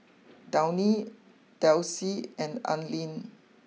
Downy Delsey and Anlene